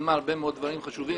שקידמה הרבה מאוד דברים חשובים,